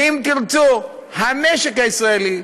ואם תרצו המשק הישראלי,